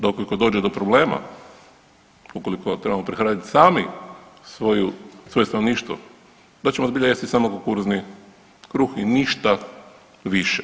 Da ukoliko dođe do problema, ukoliko trebamo prehraniti sami svoje stanovništvo, da ćemo zbilja jesti samo kukuruzni kruh i ništa više.